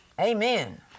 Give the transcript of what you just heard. Amen